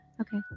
Okay